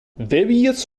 various